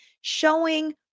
showing